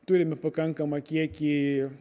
turime pakankamą kiekį